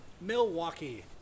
Milwaukee